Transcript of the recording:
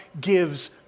gives